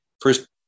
first